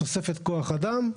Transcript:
תוספת כוח אדם,